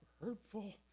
hurtful